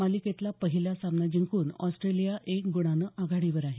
मालिकेतला पहिला जिंकून ऑस्ट्रेलिया एक गुणानं आघाडीवर आहे